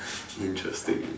interesting